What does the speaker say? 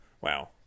Wow